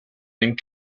and